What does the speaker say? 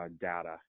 data